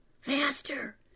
faster